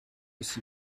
six